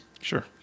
Sure